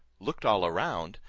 looked all around,